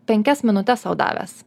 penkias minutes sau davęs